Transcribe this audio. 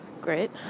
Great